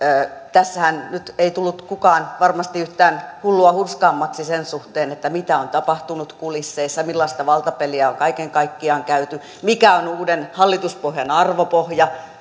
tässähän nyt ei tullut kukaan varmasti yhtään hullua hurskaammaksi sen suhteen mitä on tapahtunut kulisseissa millaista valtapeliä on kaiken kaikkiaan käyty mikä on uuden hallituspohjan arvopohja